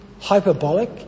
hyperbolic